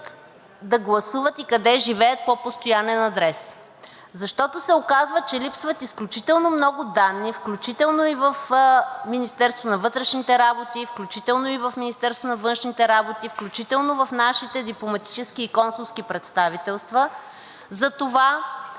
да гласуват и къде живеят по постоянен адрес? Защото се оказва, че липсват изключително много данни, включително и в Министерството на вътрешните работи, включително и в Министерството на външните работи, включително в нашите дипломатически и консулски представителства за това